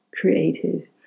created